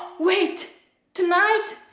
wait tonight!